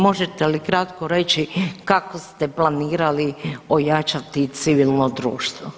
Možete li kratko reći kako ste planirali ojačati civilno društvo?